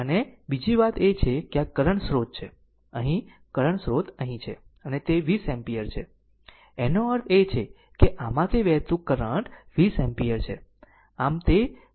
અને બીજી વાત એ છે કે આ કરંટ સ્રોત છે અહીં એક કરંટ સ્રોત અહીં છે અને તે 20 એમ્પીયર છે એનો અર્થ એ છે કે આમાંથી વહેતું કરંટ 20 એમ્પીયર છે